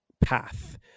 path